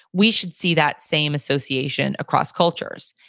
we should see that same association across cultures.